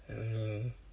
mmhmm